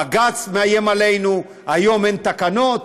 בג"ץ מאיים עלינו, היום אין תקנות.